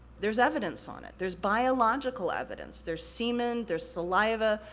there's evidence on it, there's biological evidence. there's semen, there's saliva,